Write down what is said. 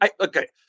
Okay